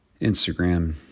Instagram